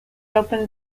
open